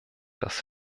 das